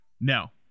No